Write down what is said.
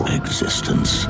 existence